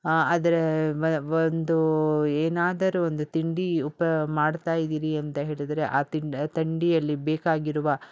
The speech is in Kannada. ಅದರ ಒಂದು ಏನಾದರು ಒಂದು ತಿಂಡಿ ಉಪ ಮಾಡ್ತಾಯಿದಿರಿ ಅಂತ ಹೇಳಿದ್ರೆ ಆ ತಿಂಡಿ ತಿಂಡಿಯಲ್ಲಿ ಬೇಕಾಗಿರುವ